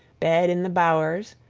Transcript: bed in the bowers,